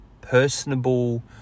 personable